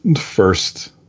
first